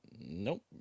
Nope